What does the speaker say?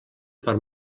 per